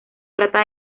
trata